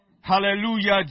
Hallelujah